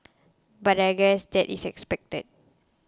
but I guess that is expected